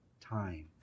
time